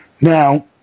Now